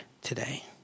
today